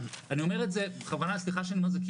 אני אומר את זה בכוונה סליחה שאני אומר את זה,